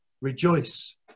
rejoice